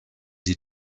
die